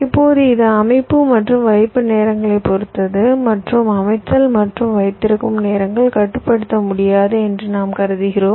இப்போது இது அமைப்பு மற்றும் வைப்பு நேரங்களை பொறுத்தது மற்றும் அமைத்தல் மற்றும் வைத்திருக்கும் நேரங்கள் கட்டுப்படுத்த முடியாது என்று நாம் கருதுகிறோம்